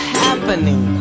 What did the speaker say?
happening